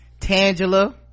Tangela